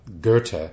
Goethe